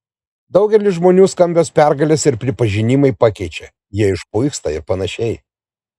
daugelį žmonių skambios pergalės ir pripažinimai pakeičia jie išpuiksta ir panašiai